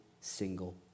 single